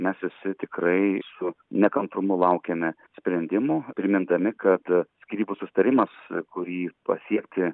mes visi tikrai su nekantrumu laukiame sprendimų primindami kad skyrybų susitarimas kurį pasiekti